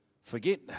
Forget